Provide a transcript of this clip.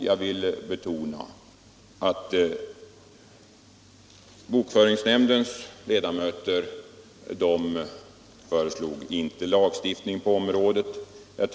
Jag vill betona att bokföringsnämndens ledamöter inte har föreslagit någon lagstiftning på området.